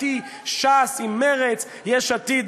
העבודה איתי, ש"ס עם מרצ, יש עתיד,